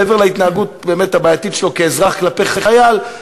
מעבר להתנהגות הבאמת-בעייתית שלו כאזרח כלפי חייל,